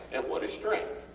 and what is strength?